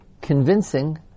convincing